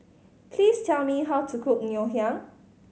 please tell me how to cook Ngoh Hiang